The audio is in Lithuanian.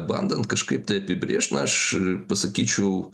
bandant kažkaip tai apibrėžt na aš pasakyčiau